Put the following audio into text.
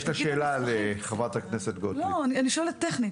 שאלה טכנית: